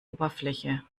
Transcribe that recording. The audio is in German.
oberfläche